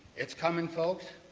it's coming, folks.